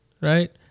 Right